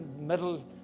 middle